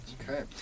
Okay